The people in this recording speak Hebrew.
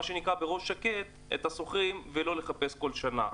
שנקרא בראש שקט את השוכרים ולא לחפש כל שנה.